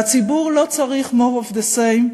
והציבור לא צריך more of the same,